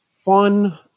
fun